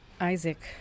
Isaac